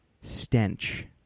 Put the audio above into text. stench